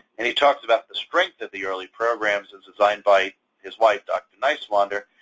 and he talks about the strength of the early programs as designed by his wife, dr. neiswander,